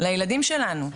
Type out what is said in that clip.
לילדים שלנו,